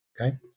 Okay